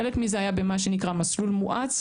חלק מזה היה במה שנקרא מסלול מואץ.